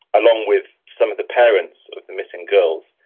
along with some of the parents of the missing girls,